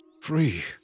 free